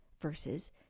versus